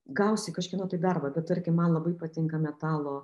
gausi kažkieno tai darbą bet tarkim man labai patinka metalo